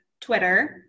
Twitter